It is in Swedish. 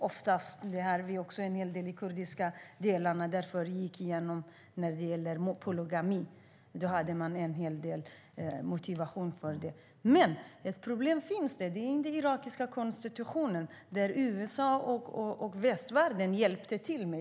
Det gäller också de kurdiska delarna, där man fick igenom polygami. Man hade en hel motivering för det. När det gäller den irakiska konstitutionen hjälpte USA och västvärlden till.